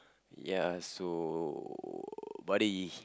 ya so buddy